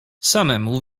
samemu